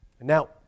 Now